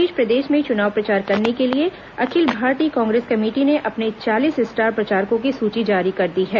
इस बीच प्रदेश में चुनाव प्रचार करने के लिए अखिल भारतीय कांग्रेस कमेटी ने अपने चालीस स्टार प्रचारकों की सूची जारी कर दी है